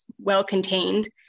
well-contained